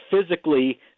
physically